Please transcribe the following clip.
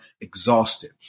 exhausted